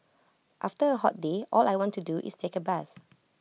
after A hot day all I want to do is take A bath